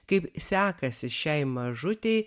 kaip sekasi šiai mažutei